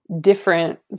different